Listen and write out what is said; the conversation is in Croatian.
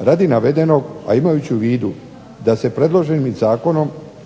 Radi navedenog a imajući u vidu da se predloženim zakonom